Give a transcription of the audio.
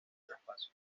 traspaso